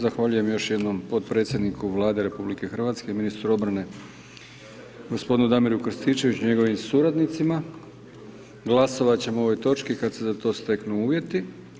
Zahvaljujem još jednom potpredsjedniku Vlade RH ministru obrane g. Damiru Krstičeviću i njegovim suradnicima, glasovat ćemo o ovoj točki kad se za to steknu uvjeti.